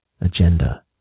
Agenda